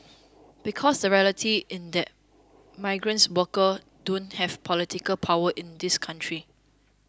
because the reality and that migrant workers don't have political power in this country